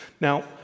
Now